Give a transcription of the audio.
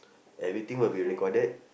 everything will be recorded